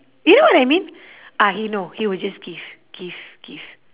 you know what I mean ah he no he will just give give give